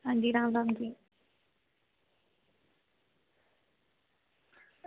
अंजी राम राम जी